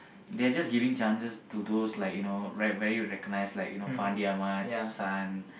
they're just giving chances to those like you know very very recognise like you know Fandi-Ahmad son